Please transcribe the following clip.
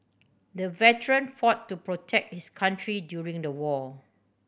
the veteran fought to protect his country during the war